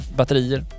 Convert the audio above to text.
batterier